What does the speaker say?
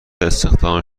استخدام